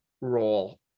role